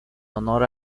honor